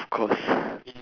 of course